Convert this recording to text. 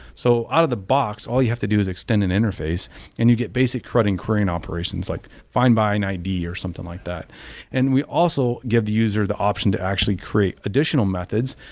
so out of the box, box, all you have to do is extend an interface and you get basic credit querying operations, like find line id or something like that and we also give the user the option to actually create additional methods.